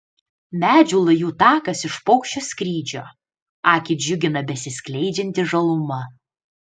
medžių lajų takas iš paukščio skrydžio akį džiugina besiskleidžianti žaluma